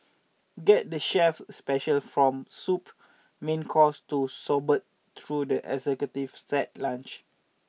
get the chef's special from soup main course to sorbets through the executive set lunch